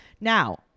Now